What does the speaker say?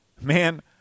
man